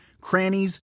crannies